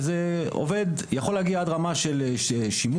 וזה יכול להגיע עד כמה של שימועים,